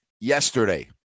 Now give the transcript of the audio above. yesterday